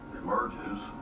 emerges